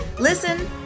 Listen